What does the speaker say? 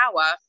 power